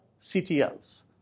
CTLs